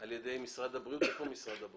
על ידי משרד הבריאות